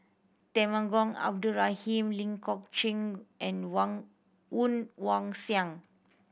Temenggong Abdul Rahman Ling Geok Choon and wong Woon Wah Siang